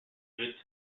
good